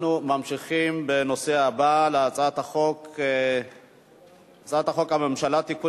אנחנו ממשיכים בנושא הבא: הצעת חוק הממשלה (תיקון,